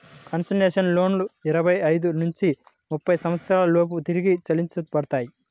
concessional లోన్లు ఇరవై ఐదు నుంచి ముప్పై సంవత్సరాల లోపు తిరిగి చెల్లించబడతాయి